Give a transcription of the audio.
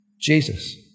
Jesus